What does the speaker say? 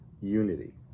unity